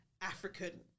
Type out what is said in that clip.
African